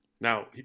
now